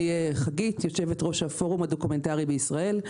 אני חגית, יושבת-ראש הפורום הדוקומנטרי בישראל.